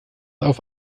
auf